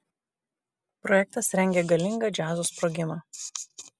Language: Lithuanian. projektas rengia galingą džiazo sprogimą